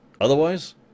Otherwise